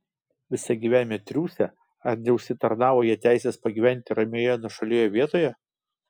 visą gyvenimą triūsę ar neužsitarnavo jie teisės pagyventi ramioje nuošalioje vietoje